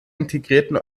integrierten